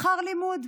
שכר לימוד,